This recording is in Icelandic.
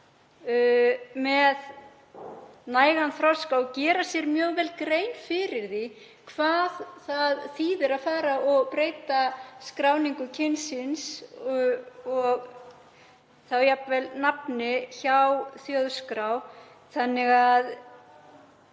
með nægan þroska og gera sér mjög vel grein fyrir því hvað það þýðir að fara og breyta skráningu kyns síns og jafnvel nafni hjá þjóðskrá þannig að